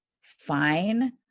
fine